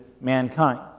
mankind